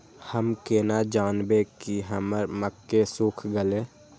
हम केना जानबे की हमर मक्के सुख गले?